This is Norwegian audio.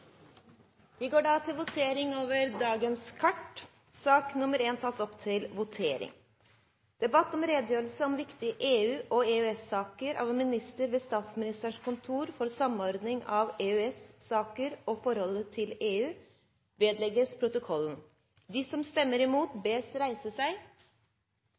Vi går da til votering over sakene på dagens kart. Presidenten vil foreslå at redegjørelsen om viktige EU- og EØS-saker av ministeren ved Statsministerens kontor for samordning av EØS-saker og forholdet til EU holdt i Stortingets møte 21. november 2013 vedlegges protokollen.